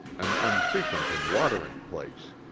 an unfrequented watering place.